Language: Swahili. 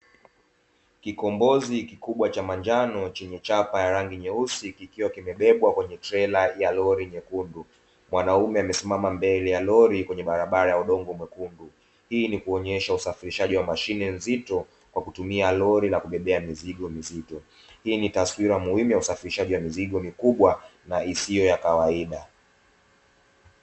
Kikombozi kikubwa cha manjano chenye chapa ya rangi nyeusi kikiwa kimebebwa kwenye tela ya lori jekundu, mwanaume amesimama mbele ya lori kwenye barabara ya udongo mwekundu; hii ni kuonesha usafirishaji wa mashine nzito kwa kutumia lori ya kubebea mizigo mizito; hii ni taswira muhimu ya usafirishaji wa mizigo mikubwa na isiyo ya kawaida.